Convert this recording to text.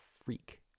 freak